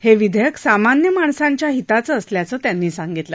हाविध्यक्र सामान्य माणसांच्या हिताचं असल्याचं त्यांनी सांगितलं